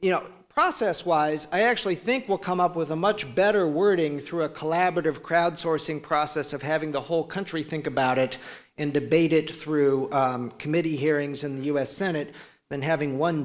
you know process wise i actually think we'll come up with a much better wording through a collaborative crowdsourcing process of having the whole country think about it and debate it through committee hearings in the u s senate than having one